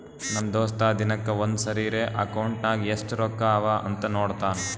ನಮ್ ದೋಸ್ತ ದಿನಕ್ಕ ಒಂದ್ ಸರಿರೇ ಅಕೌಂಟ್ನಾಗ್ ಎಸ್ಟ್ ರೊಕ್ಕಾ ಅವಾ ಅಂತ್ ನೋಡ್ತಾನ್